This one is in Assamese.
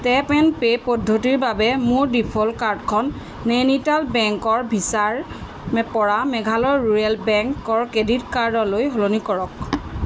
টেপ এণ্ড পে' পদ্ধতিৰ বাবে মোৰ ডিফ'ল্ট কাৰ্ডখন নাইনিটাল বেংকৰ ভিছাৰপৰা মেঘালয় ৰুৰেল বেংকৰ ক্ৰেডিট কাৰ্ডলৈ সলনি কৰক